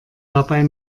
dabei